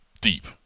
Deep